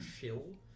chill